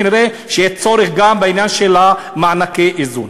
כנראה שיהיה צורך גם בעניין מענקי האיזון.